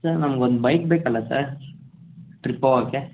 sir ನಂಗೊಂದು bike ಬೇಕಲ್ಲ sir ಟ್ರಿಪ್ಪೋಗಕ್ಕೆ